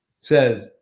says